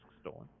stolen